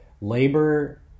labor